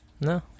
No